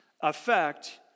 affect